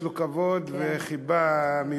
כן, בבקשה.